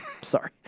Sorry